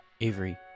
avery